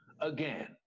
again